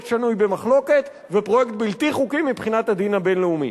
פרויקט שנוי במחלוקת ופרויקט בלתי חוקי מבחינת הדין הבין-לאומי.